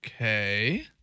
Okay